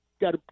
Got